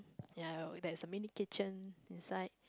ya there's a mini kitchen inside